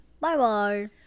Bye-bye